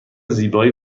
زیبایی